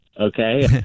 Okay